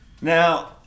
Now